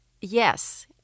yes